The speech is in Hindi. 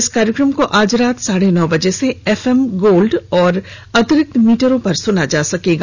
इस कार्यक्रम को आज रात साढ़े नौ बजे से एफएम गोल्डल और अतिरिक्त मीटरों पर सुना जा सकता है